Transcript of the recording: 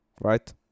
right